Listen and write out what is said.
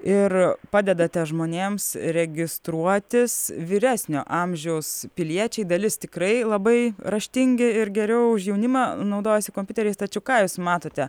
ir padedate žmonėms registruotis vyresnio amžiaus piliečiai dalis tikrai labai raštingi ir geriau už jaunimą naudojasi kompiuteriais tačiau ką jūs matote